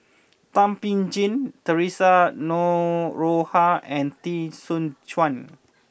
Thum Ping Tjin Theresa Noronha and Teo Soon Chuan